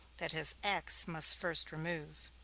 that his ax must first remove.